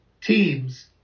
teams